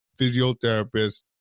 physiotherapist